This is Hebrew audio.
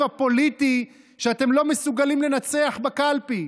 הפוליטי שאתם לא מסוגלים לנצח בקלפי,